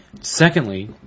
Secondly